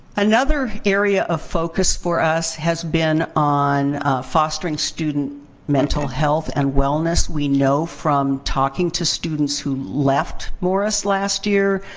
another area of focus for us has been on fostering student mental health and wellness. we know, from talking to students who left morris last year,